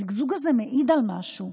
הזיגזוג הזה מעיד על משהו,